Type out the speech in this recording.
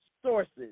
Sources